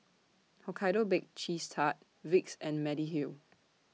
Hokkaido Baked Cheese Tart Vicks and Mediheal